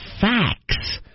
facts